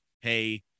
hey